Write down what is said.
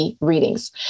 readings